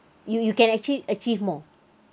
you you can actually achieve more